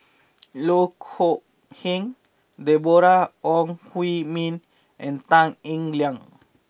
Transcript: Loh Kok Heng Deborah Ong Hui Min and Tan Eng Liang